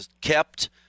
kept